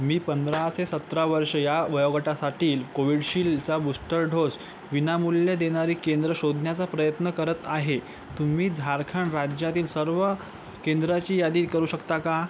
मी पंधरा ते सतरा वर्षे या वयोगटासाठील कोविलशिल्डचा बूस्टर डोस विनामूल्य देणारी केंद्रं शोधण्याचा प्रयत्न करत आहे तुम्ही झारखंड राज्यातील सर्व केंद्राची यादी करू शकता का